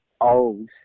old